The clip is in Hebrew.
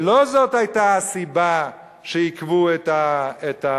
שלא זאת היתה הסיבה שעיכבו את ההצבעה,